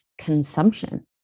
consumption